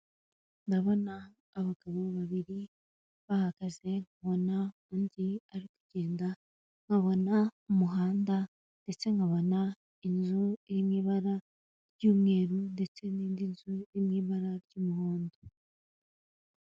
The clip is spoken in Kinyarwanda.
Ndabona abagore babiri bahagaze, nkabona undi arikugenda, nkabona umuhanda ndetse nkabona inzu iri mu ibara ry'umweru ndetse n'indi nzu iri mu ibara ry'umuhondo.